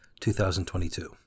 2022